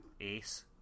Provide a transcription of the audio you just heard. Ace